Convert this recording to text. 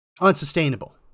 Unsustainable